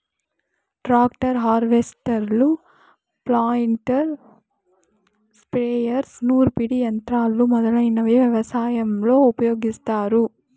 tractor, హార్వెస్టర్లు, planter, sprayers, నూర్పిడి యంత్రాలు మొదలైనవి వ్యవసాయంలో ఉపయోగిస్తారు